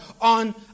on